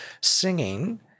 singing